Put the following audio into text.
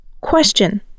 question